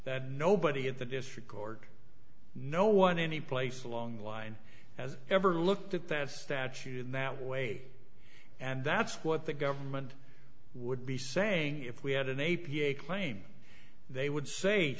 that nobody at the district court no one any place along the line has ever looked at that statute in that way and that's what the government would be saying if we had an a p a claim they would sa